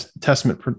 Testament